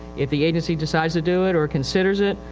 if the agency decides to do it or considers it,